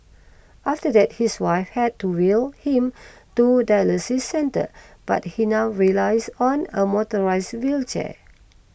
after that his wife had to wheel him to dialysis centre but he now relies on a motorised wheelchair